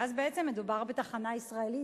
ואז בעצם מדובר בתחנה ישראלית,